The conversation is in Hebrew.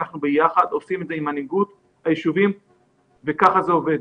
אנחנו עושים את זה ביחד עם מנהיגות ביישובים וכך זה עובד.